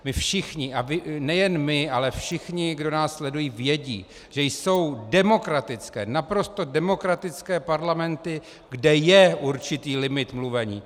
My všichni, nejen my, ale všichni, kdo nás sledují, vědí, že jsou demokratické, naprosto demokratické parlamenty, kde je určitý limit mluvení.